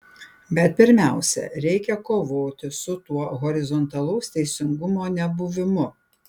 bet pirmiausia reikia kovoti su tuo horizontalaus teisingumo nebuvimu